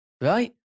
right